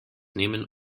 nehmen